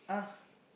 uh